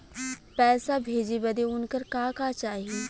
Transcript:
पैसा भेजे बदे उनकर का का चाही?